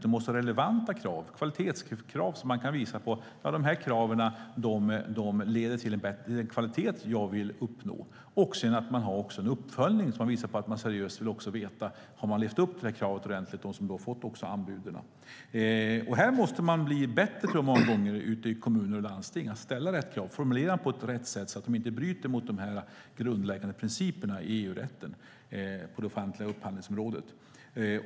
Det måste vara relevanta krav, kvalitetskrav där man kan visa att kraven leder till bättre kvalitet som man vill uppnå, och man ska också ha en uppföljning som visar att man seriöst vill veta om den som har fått anbudet har levt upp till kravet ordentligt. Man måste många gånger bli bättre i kommuner och landsting på att ställa rätt krav, att formulera dem på rätt sätt, så att de inte bryter mot de grundläggande principerna i EU-rätten på det offentliga upphandlingsområdet.